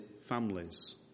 families